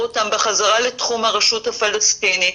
אותם בחזרה לתחום הרשות הפלסטינית.